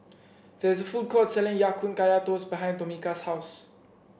there is a food court selling Ya Kun Kaya Toast behind Tomika's house